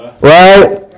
Right